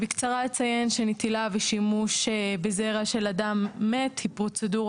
נטילה ושימוש בזרע של אדם מת היא פרוצדורה